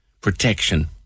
protection